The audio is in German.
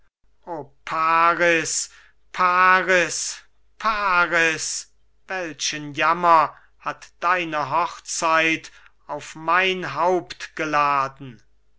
paris paris paris welchen jammer hat deine hochzeit auf mein haupt geladen